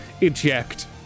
eject